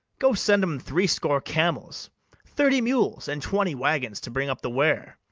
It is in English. go send em threescore camels thirty mules, and twenty waggons, to bring up the ware.